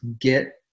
get